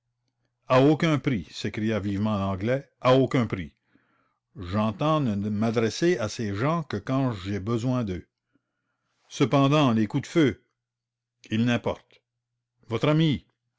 à aucun prix s'écria vivement l'anglais à aucun prix j'entends ne m'adresser à ces gens que quand j'ai besoin d'eux cependant les coups de feu votre ami